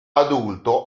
adulto